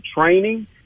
training